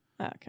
Okay